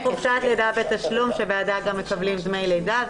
חופשת לידה בתשלום בעדה מקבלים דמי לידה.